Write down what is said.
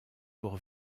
pour